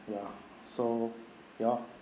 ya so ya